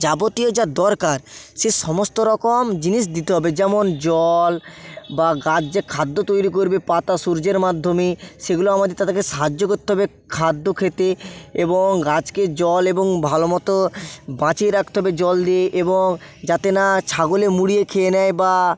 যাবতীয় যা দরকার সে সমস্ত রকম জিনিস দিতে হবে যেমন জল বা গাছ যে খাদ্য তৈরি করবে পাতা সূর্যের মাধ্যমে সেগুলো আমাদের তাকে সাহায্য করতে হবে খাদ্য খেতে এবং গাছকে জল এবং ভালো মতো বাঁচিয়ে রাখতে হবে জল দিয়ে এবং যাতে না ছাগলে মুড়িয়ে খেয়ে নেয় বা